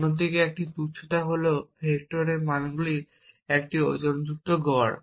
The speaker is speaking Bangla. অন্য দিকে একটি তুচ্ছতা হল ভেক্টরের মানগুলির একটি ওজনযুক্ত গড়